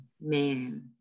man